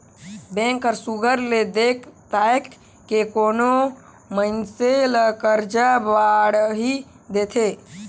bank हर सुग्घर ले देख ताएक के कोनो मइनसे ल करजा बाड़ही देथे